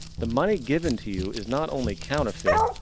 the money given to you is not only counterfeit,